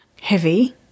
heavy